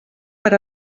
per